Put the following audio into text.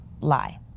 lie